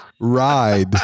ride